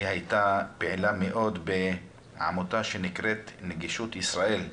נטע הייתה פעילה מאוד בעמותה שנקראת "נגישות ישראל",